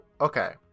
okay